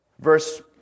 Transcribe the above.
verse